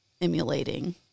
emulating